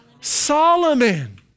Solomon